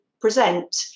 present